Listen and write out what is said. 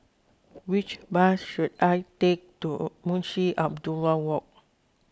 which bus should I take to Munshi Abdullah Walk